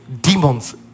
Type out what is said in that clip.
demons